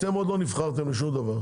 אתם עוד לא נבחרתם לשום דבר.